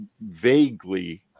vaguely